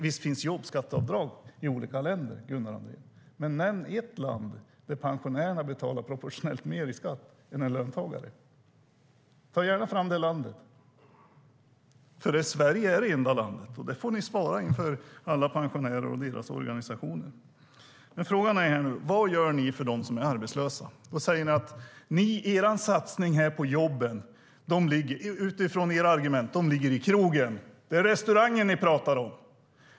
Visst finns jobbskatteavdrag i olika länder, Gunnar Andrén. Men nämn ett land där pensionärerna betalar proportionellt mer i skatt än en löntagare! Ta gärna fram det landet! Sverige är det enda landet. Det får ni svara för, inför alla pensionärer och deras organisationer. Men frågan är vad ni gör för dem som är arbetslösa. Ni säger att er satsning på jobben, utifrån era argument, ligger i krogen. Det är restauranger ni pratar om.